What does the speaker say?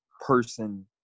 person